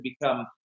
become